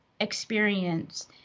experience